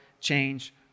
change